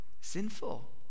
sinful